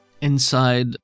Inside